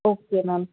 okay ma'am